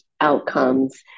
outcomes